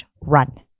run